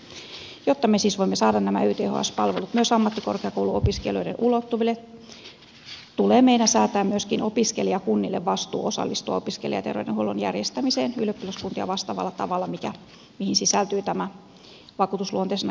jotta me siis voimme saada nämä yths palvelut myös ammattikorkeakouluopiskelijoiden ulottuville tulee meidän säätää myöskin opiskelijakunnille vastuu osallistua opiskelijaterveydenhuollon järjestämiseen ylioppilaskuntia vastaavalla tavalla mihin sisältyy tämä vakuutusluonteisena kerättävä terveydenhuoltomaksu